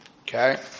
Okay